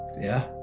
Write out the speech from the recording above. yeah,